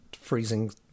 freezing